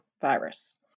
virus